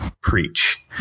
preach